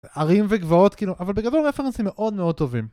הרים וגבעות כאילו אבל בגדול רפרנסים מאוד מאוד טובים